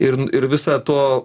ir ir visa to